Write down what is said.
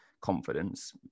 confidence